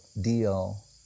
deal